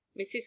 mrs